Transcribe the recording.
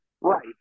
right